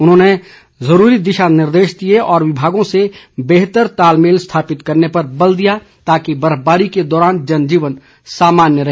उन्होंने ज़रूरी दिशा निर्देश दिए और विभागों से बेहतर तालमेल स्थापित करने पर बल दिया ताकि बर्फबारी के दौरान जनजीवन सामान्य रहे